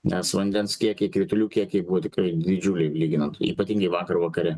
nes vandens kiekiai kritulių kiekiai buvo tikrai didžiuliai lyginant ypatingai vakar vakare